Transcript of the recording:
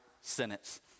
sentence